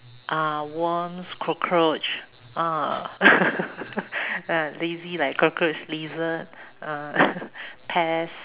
uh worms cockroach uh lazy like cockroach lizard uh pests